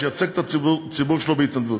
שייצג את הציבור שלו בהתנדבות.